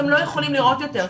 הם לא יכולים לראות יותר,